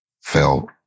felt